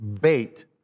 bait